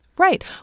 Right